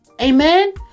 amen